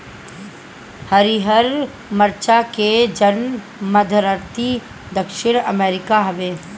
हरिहर मरचा के जनमधरती दक्षिण अमेरिका हवे